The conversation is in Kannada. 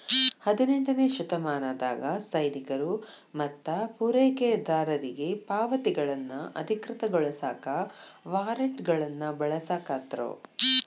ಹದಿನೆಂಟನೇ ಶತಮಾನದಾಗ ಸೈನಿಕರು ಮತ್ತ ಪೂರೈಕೆದಾರರಿಗಿ ಪಾವತಿಗಳನ್ನ ಅಧಿಕೃತಗೊಳಸಾಕ ವಾರ್ರೆಂಟ್ಗಳನ್ನ ಬಳಸಾಕತ್ರು